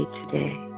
today